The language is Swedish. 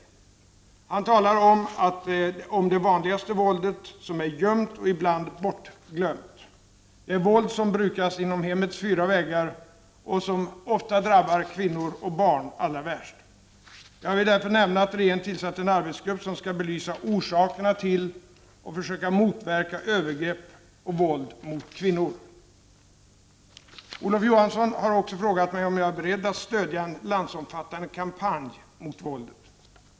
Han talar om det vanligaste våldet som är gömt och ibland bortglömt. Det är det våld som brukas inom hemmets fyra väggar och som ofta drabbar kvinnor och barn allra värst. Jag vill därför nämna att regeringen tillsatt en arbetsgrupp som skall belysa orsakerna till och försöka motverka övergrepp och våld mot kvinnor. Olof Johansson har också frågat mig om jag är beredd att stödja en landsomfattande kampanj mot våldet.